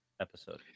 episode